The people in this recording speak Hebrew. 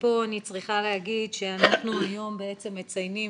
פה אני צריכה להגיד שאנחנו היום מציינים